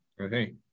Okay